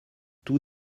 tout